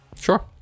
Sure